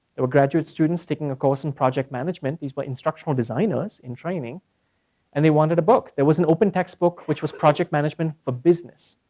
there were graduate students taking a course in project management. these were but instructional designers in training and they wanted a book. there was an open textbook which was project management for business.